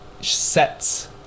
sets